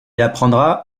apprendra